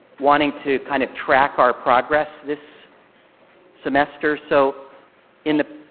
wanting to kind of track our progress this semester. so in the